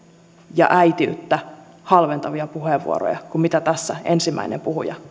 ja äitiyttä niin halventavia puheenvuoroja kuin mitä tässä ensimmäinen puhuja